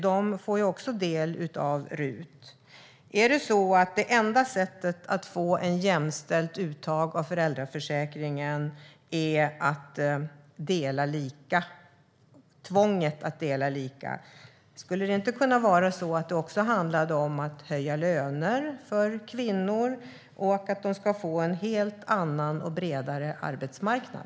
De får också del av RUT. Är det enda sättet att få ett jämställt uttag av föräldraförsäkringen tvånget att dela lika? Skulle det inte kunna vara så att det också handlar om att höja löner för kvinnor och att de ska få en helt annan och bredare arbetsmarknad?